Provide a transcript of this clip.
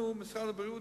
אנחנו, משרד הבריאות,